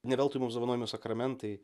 ne veltui mums dovanojami sakramentai